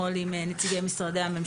דיברתי אתמול על העניין הזה עם הפרויקטור.